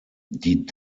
die